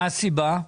מה הסיבה?